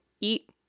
eat